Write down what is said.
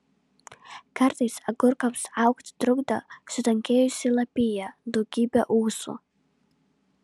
kartais agurkams augti trukdo sutankėjusi lapija daugybė ūsų